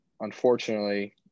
unfortunately